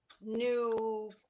new